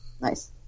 Nice